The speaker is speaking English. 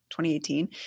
2018